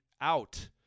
out